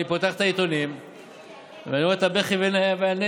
אני פותח את העיתונים ואני רואה את הבכי והנהי.